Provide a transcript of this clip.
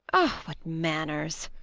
oh, what manners!